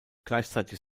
gleichzeitig